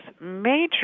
major